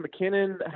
McKinnon